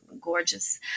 gorgeous